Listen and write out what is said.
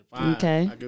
Okay